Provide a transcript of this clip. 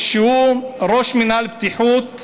שהוא ראש מינהל בטיחות.